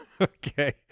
Okay